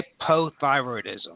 hypothyroidism